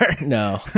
No